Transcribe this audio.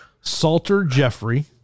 Salter-Jeffrey